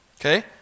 Okay